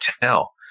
tell